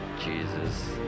jesus